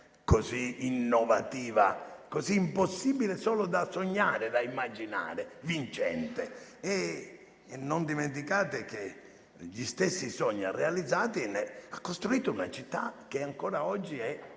così innovativa, così impossibile anche solo da sognare e immaginare vincente. Non dimenticate che con gli stessi sogni realizzati ha costruito una città che ancora oggi è